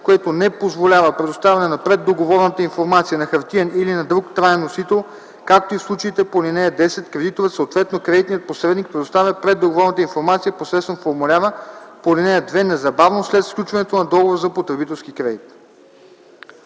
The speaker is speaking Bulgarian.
което не позволява предоставяне на преддоговорната информация на хартиен или на друг траен носител, както и в случаите по ал. 10, кредиторът, съответно кредитният посредник, предоставя преддоговорната информация посредством формуляра по ал. 2 незабавно след сключването на договора за потребителски кредит.”